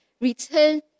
return